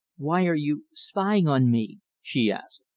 why are you spying on me? she asked.